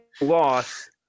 loss